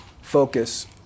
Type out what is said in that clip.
Focus